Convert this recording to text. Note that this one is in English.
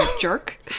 jerk